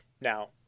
Now